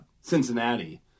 Cincinnati